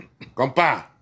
compa